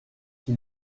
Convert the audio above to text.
qui